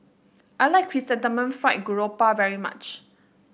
I like Chrysanthemum Fried Garoupa very much